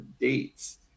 dates